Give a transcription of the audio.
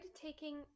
taking